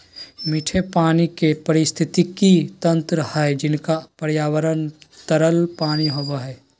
मीठे पानी के पारिस्थितिकी तंत्र हइ जिनका पर्यावरण तरल पानी होबो हइ